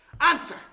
Answer